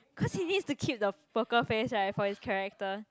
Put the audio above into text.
cause he needs to keep the poker face right for his character